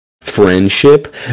friendship